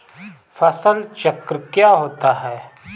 फसल चक्र क्या होता है?